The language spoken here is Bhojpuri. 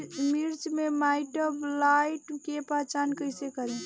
मिर्च मे माईटब्लाइट के पहचान कैसे करे?